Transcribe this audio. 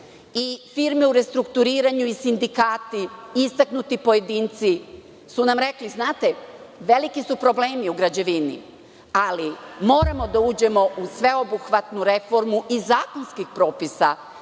i firme u restrukturiranju i sindikati i istaknuti pojedinci su nam rekli – znate, veliki su problemi u građevini, ali moramo da uđemo u sveobuhvatnu reformu i zakonskih propisa